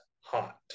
hot